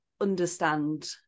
understand